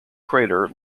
crater